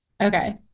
Okay